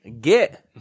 get